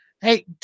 Hey